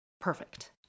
Perfect